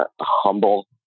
Humble